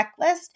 checklist